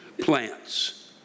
plants